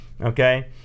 Okay